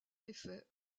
effet